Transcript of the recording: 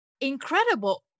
incredible